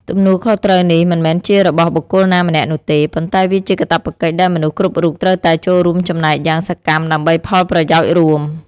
ទំនួលខុសត្រូវនេះមិនមែនជារបស់បុគ្គលណាម្នាក់នោះទេ ប៉ុន្តែវាជាកាតព្វកិច្ចដែលមនុស្សគ្រប់រូបត្រូវតែចូលរួមចំណែកយ៉ាងសកម្មដើម្បីផលប្រយោជន៍រួម។